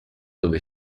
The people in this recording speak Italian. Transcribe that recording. dove